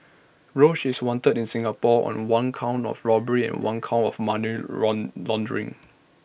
roach is wanted in Singapore on one count of robbery and one count of money run laundering